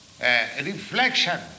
reflection